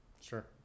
Sure